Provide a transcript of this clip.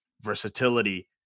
versatility